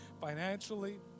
financially